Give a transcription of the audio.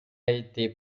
été